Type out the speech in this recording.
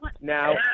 Now